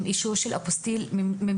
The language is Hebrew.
עם אישור של אפוסטיל ממדינת המוצא.